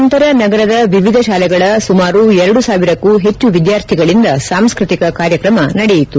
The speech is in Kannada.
ನಂತರ ನಗರದ ವಿವಿಧ ಶಾಲೆಗಳ ಸುಮಾರು ಎರಡು ಸಾವಿರಕ್ಕೂ ಹೆಚ್ಚು ವಿದ್ಯಾರ್ಥಿಗಳಿಂದ ಸಾಂಸ್ಕೃತಿಕ ಕಾರ್ಯಕ್ರಮ ನಡೆಯಿತು